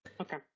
Okay